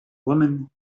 woman